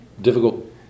difficult